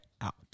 out